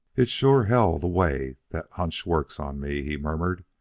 it's sure hell the way that hunch works on me he murmured.